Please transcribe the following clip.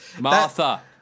Martha